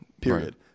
period